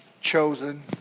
Chosen